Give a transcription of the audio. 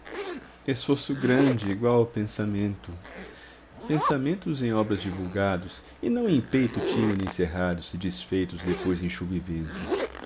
esforço grande igual ao pensamento pensamentos em obras divulgados e não em peito timido encerrados e desfeitos despois em chuva e vento